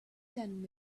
send